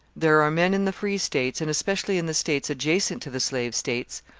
there are men in the free states, and especially in the states adjacent to the slave states,